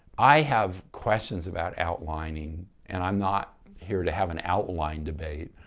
i have questions about outlining and i'm not here to have an outline debate.